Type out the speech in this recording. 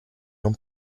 non